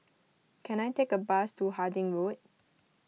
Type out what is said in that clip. can I take a bus to Harding Road